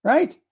Right